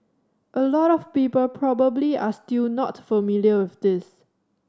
a lot of people probably are still not familiar with this